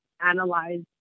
analyze